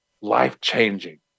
life-changing